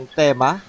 tema